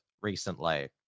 recently